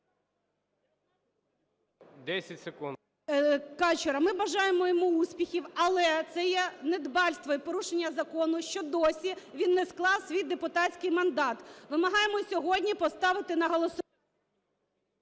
І.В. Качура. Ми бажаємо йому успіхів. Але це є недбальство і порушення закону, що досі він не склав свій депутатський мандат. Вимагаємо сьогодні поставити на голосування.